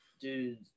Dude